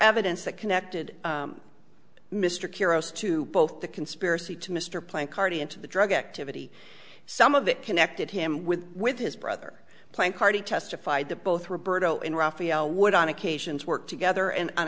evidence that connected mr curios to both the conspiracy to mr plant carty into the drug activity some of that connected him with with his brother plan carty testified that both roberta in raphael would on occasions work together and on